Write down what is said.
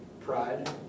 Pride